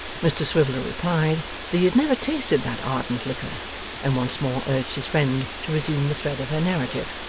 mr swiveller replied that he had never tasted that ardent liquor and once more urged his friend to resume the thread of her narrative.